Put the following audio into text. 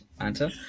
answer